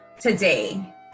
today